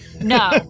No